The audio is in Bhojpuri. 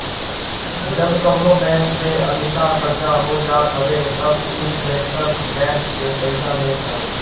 जब कवनो बैंक पे अधिका कर्जा हो जात हवे तब उ बैंकर्स बैंक से पईसा लेत हवे